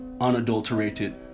unadulterated